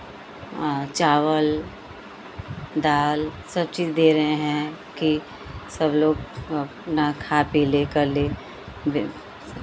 चावल दाल सब चीज़ दे रहे हैं कि सब लोग अपना खा पी ले कर ले